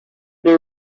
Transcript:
they